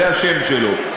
זה השם שלו,